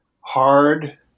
hard